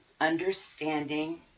understanding